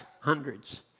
hundreds